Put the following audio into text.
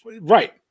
right